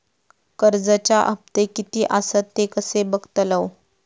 कर्जच्या हप्ते किती आसत ते कसे बगतलव?